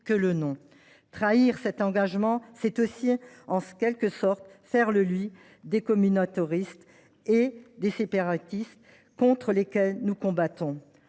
que le nom. Trahir cet engagement serait aussi, en quelque sorte, faire le lit des communautarismes et des séparatismes, contre lesquels nous combattons.